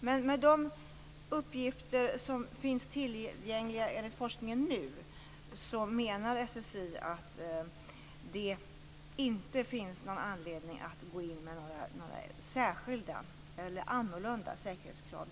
Men utifrån de uppgifter som forskningen tillhandahåller nu menar man på SSI att det inte finns någon anledning att gå ut med några särskilda eller annorlunda säkerhetskrav.